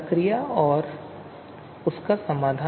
प्रक्रिया और उसका समाधान